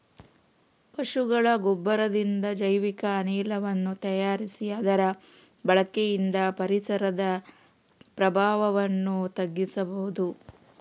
ಪಶುಗಳ ಗೊಬ್ಬರದಿಂದ ಜೈವಿಕ ಅನಿಲವನ್ನು ತಯಾರಿಸಿ ಅದರ ಬಳಕೆಯಿಂದ ಪರಿಸರದ ಪ್ರಭಾವವನ್ನು ತಗ್ಗಿಸಬಹುದು